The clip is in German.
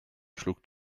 schlug